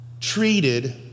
treated